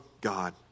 God